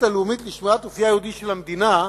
הלאומית לשמירת אופיה היהודי של המדינה,